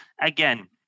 again